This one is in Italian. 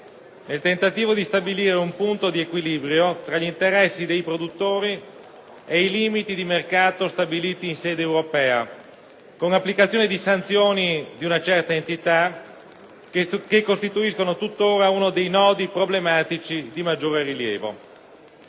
nel tentativo di stabilire un punto di equilibrio tra gli interessi dei produttori ed i limiti di mercato stabiliti in sede europea, con l'applicazione di sanzioni di una certa entità, che costituiscono tuttora uno dei nodi problematici di maggior rilievo.